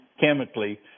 chemically